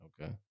Okay